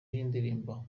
y’indirimbo